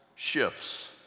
shifts